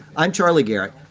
i'm charlie garrett,